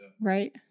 Right